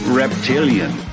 reptilian